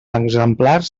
exemplars